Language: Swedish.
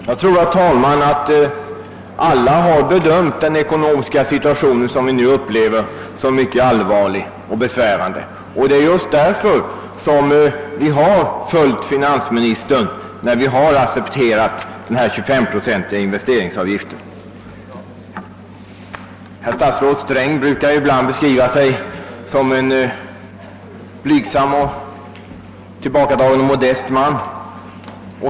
Herr talman! Jag tror att alla har bedömt den ekonomiska situation vi nu upplever som mycket allvarlig och besvärande. Det är just därför vi har följt finansministerns förslag och accepterat den 25-procentiga investeringsavgiften. Statsrådet Sträng brukar ibland beskriva sig som en modest och tillbakadragen man.